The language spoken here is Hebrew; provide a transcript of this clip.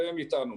והם איתנו.